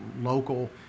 local